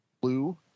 blue